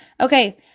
Okay